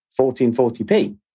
1440p